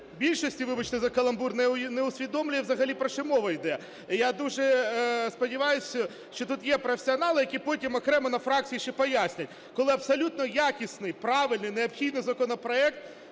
більшості, вибачте за каламбур, не усвідомлює взагалі, про що мова йде. Я дуже сподіваюсь, що тут є професіонали, які потім окремо на фракції ще пояснять, коли абсолютно якісний, правильний, необхідний законопроект